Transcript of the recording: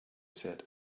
set